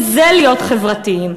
וזה להיות חברתיים.